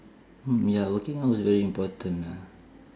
ya working is very important lah